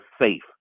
safe